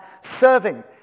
serving